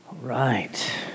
right